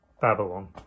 Babylon